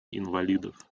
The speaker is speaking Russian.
инвалидов